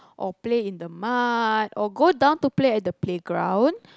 or play in the mud or go down to play at the playground